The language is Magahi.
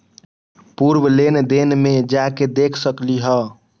पूर्व लेन देन में जाके देखसकली ह?